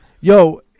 Yo